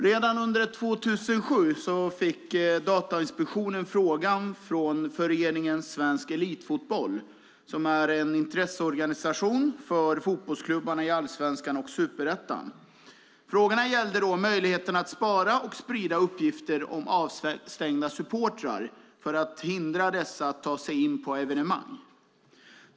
Redan under 2007 fick Datainspektionen frågan från Föreningen Svensk Elitfotboll, som är en intresseorganisation för fotbollsklubbarna i allsvenskan och superettan, om möjligheten att spara och sprida uppgifter om avstängda supportrar för att hindra dessa att ta sig in på evenemang.